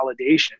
validation